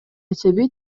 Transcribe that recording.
эсеби